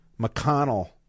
McConnell